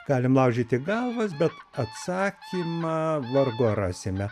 galim laužyti galvas bet atsakymą vargu ar rasime